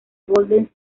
golders